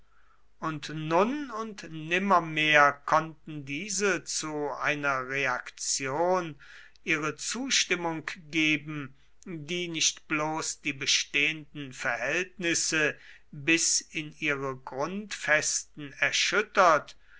und nun und nimmermehr konnten diese zu einer reaktion ihre zustimmung geben die nicht bloß die bestehenden verhältnisse bis in ihre grundfesten erschüttert